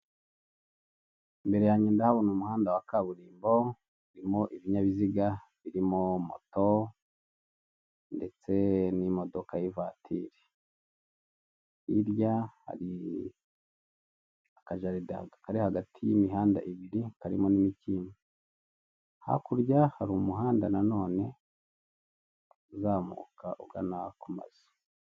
Imbere yanjye ndahabona umuhanda wa kaburimbo, urimo ibinyabiziga birimo moto ndetse n'imodoka y'ivatiri. Hirya hari akajaride kari hagati y'imihanda ibiri karimo n'imikindo. Hakurya hari umuhanda nanone uzamuka ugana ku mazu.